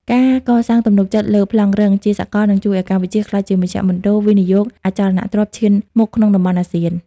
ការកសាងទំនុកចិត្តលើ "ប្លង់រឹង" ជាសកល នឹងជួយឱ្យកម្ពុជាក្លាយជាមជ្ឈមណ្ឌលវិនិយោគអចលនទ្រព្យឈានមុខក្នុងតំបន់អាស៊ាន។